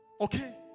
okay